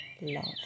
love